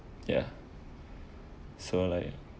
ya so like